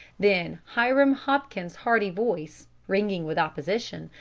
then hiram hopkins's hearty voice, ringing with opposition,